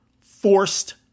forced